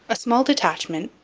a small detachment,